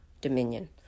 Dominion